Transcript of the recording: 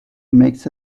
makes